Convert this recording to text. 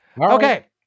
Okay